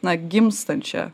na gimstančią